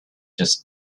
just